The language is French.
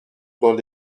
dans